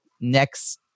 next